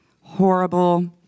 horrible